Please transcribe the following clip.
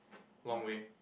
long way